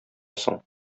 соң